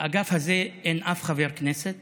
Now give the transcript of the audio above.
באגף הזה אין אף חבר כנסת